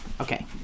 Okay